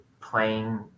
playing